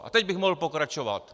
A teď bych mohl pokračovat.